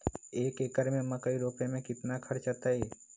एक एकर में मकई रोपे में कितना खर्च अतै?